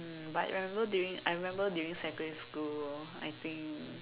um but remember during I remember during secondary school I think